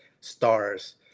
stars